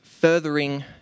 furthering